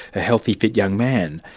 a healthy, fit young man.